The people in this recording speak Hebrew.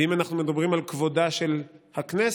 ואם אנחנו מדברים על כבודה של הכנסת,